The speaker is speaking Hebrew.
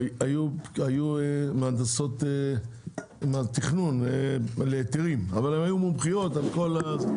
היו מהנדסות תכנון מומחיות להיתרים בעיריית ראשון לציון.